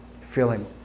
feeling